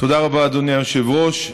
תודה רבה, אדוני היושב-ראש.